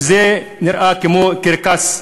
וזה נראה כמו קרקס,